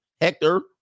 Hector